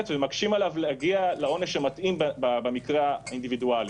ומקשים עליו להגיע לעונש המתאים במקרה האינדיבידואלי.